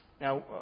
Now